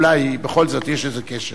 אולי בכל זאת יש איזה קשר.